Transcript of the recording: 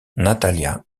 natalia